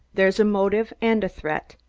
there's a motive and a threat.